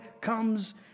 comes